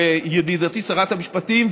וידידתי שרת המשפטים,